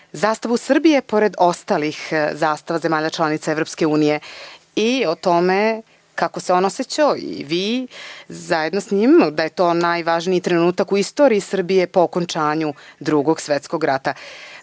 zastavu Srbije pored ostalih zastava zemalja članica Evropske unije i o tome kako se on osećao i vi zajedno sa njim i da je to najvažniji trenutak u istoriji Srbiji po okončanju Drugog svetskog